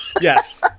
Yes